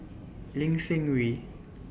Lin Seng Wee